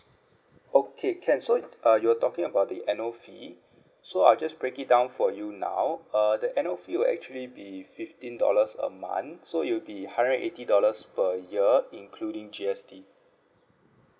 okay can so uh you were talking about the annual fee so I just break it down for you now uh the annual fee will actually be fifteen dollars a month so it'll be hundred eighty dollars per year including G_S_T